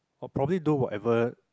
I'll probably do whatever